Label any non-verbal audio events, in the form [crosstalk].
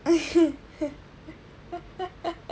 [laughs]